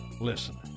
Listen